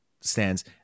stands